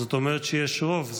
זאת אומרת שיש רוב,